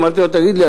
אמרתי לו: תגיד לי,